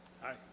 Hi